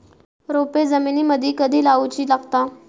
रोपे जमिनीमदि कधी लाऊची लागता?